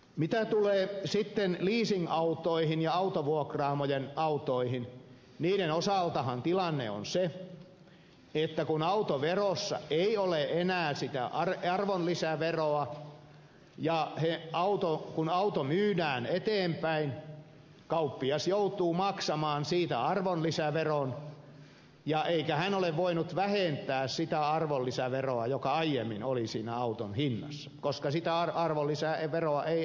mitä tulee sitten leasingautoihin ja autovuokraamojen autoihin niiden osaltahan tilanne on se että kun autoverossa ei ole enää sitä arvonlisäveroa niin kun auto myydään eteenpäin kauppias joutuu maksamaan siitä arvonlisäveron eikä hän ole voinut vähentää sitä arvonlisäveroa joka aiemmin oli siinä auton hinnassa koska sitä arvonlisäveroa ei enää ole